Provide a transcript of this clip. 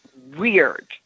weird